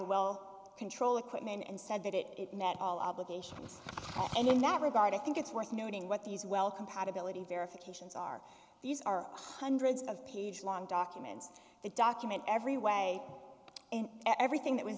well control equipment and said that it met all obligations and in that regard i think it's worth noting what these well compatibility verifications are these are hundreds of pages long documents that document every way in everything that was